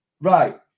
Right